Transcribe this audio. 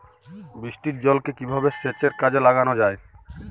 বৃষ্টির জলকে কিভাবে সেচের কাজে লাগানো যায়?